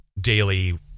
daily